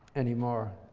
anymore.